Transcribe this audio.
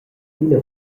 adina